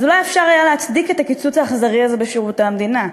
אז אולי אפשר היה להצדיק את הקיצוץ הזה בשירותי המדינה.